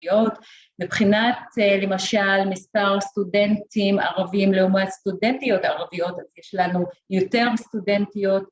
מבחינת למשל מספר סטודנטים ערבים לעומת סטודנטיות ערביות אז יש לנו יותר סטודנטיות